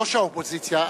ראש האופוזיציה.